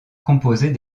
composer